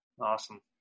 awesome